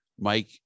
Mike